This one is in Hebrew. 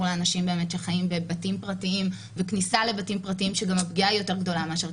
לאנשים שחיים בבתים פרטיים ואת הכניסה לבתים פרטיים כי באמת זו